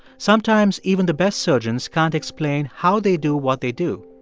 sometimes even the best surgeons can't explain how they do what they do,